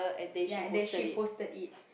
ya that she posted it